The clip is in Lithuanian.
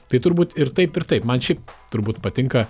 tai turbūt ir taip ir taip man šiaip turbūt patinka